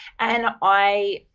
and i,